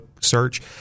search